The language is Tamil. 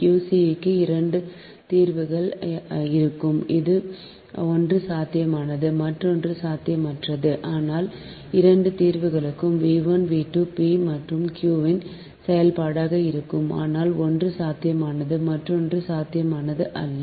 Q c க்கு இரண்டு தீர்வுகள் இருக்கும் ஒன்று சாத்தியமானது மற்றொன்று சாத்தியமற்றது ஆனால் இரண்டு தீர்வுகளும் V1 V2 P மற்றும் Q இன் செயல்பாடாக இருக்கும் ஆனால் ஒன்று சாத்தியமானது மற்றொன்று சாத்தியமானது அல்ல